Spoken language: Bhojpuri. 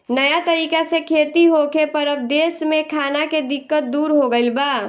नया तरीका से खेती होखे पर अब देश में खाना के दिक्कत दूर हो गईल बा